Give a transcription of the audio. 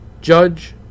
Judge